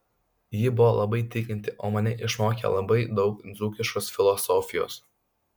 ji buvo labai tikinti o mane išmokė labai daug dzūkiškos filosofijos